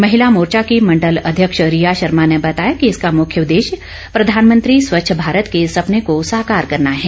महिला मोर्चा की मंडल अध्यक्ष रिया शर्मा ने बताया कि इसका मुख्य उद्देश्य प्रधानमंत्री स्वच्छ भारत के सपने को साकार करना है